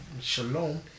Shalom